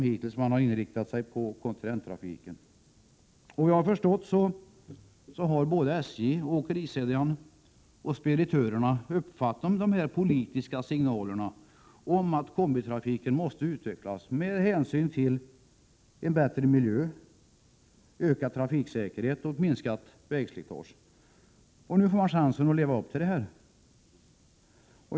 Hittills har man inriktat sig på kontinenttrafiken. Enligt vad jag har förstått har såväl SJ som åkerikedjan och speditörerna uppfattat de politiska signalerna att kombitrafiken måste utvecklas för att man skall åstadkomma en bättre miljö, ökad trafiksäkerhet och minskat vägslitage. Nu får man chansen att leva upp till det.